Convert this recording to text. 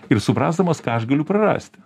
ir suprasdamas ką aš galiu prarasti